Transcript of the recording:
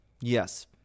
Yes